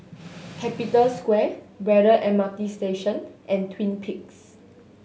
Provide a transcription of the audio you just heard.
Capital Square Braddell M R T Station and Twin Peaks